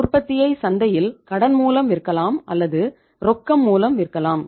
உற்பத்தியை சந்தையில் கடன் மூலம் விற்கலாம் அல்லது ரொக்கம் மூலம் விற்கலாம்